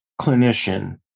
clinician